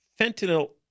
fentanyl